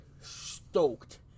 Stoked